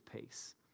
peace